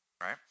right